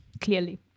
clearly